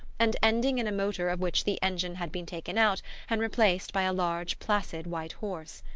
and ending in a motor of which the engine had been taken out and replaced by a large placid white horse.